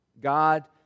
God